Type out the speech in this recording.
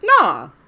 nah